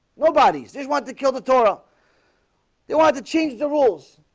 nobody's just want to kill the torah they wanted to change the rules.